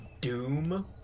doom